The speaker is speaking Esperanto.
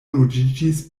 ruĝiĝis